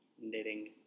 Knitting